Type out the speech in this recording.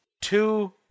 two